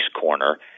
corner